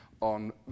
on